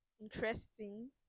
interesting